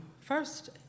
first